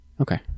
okay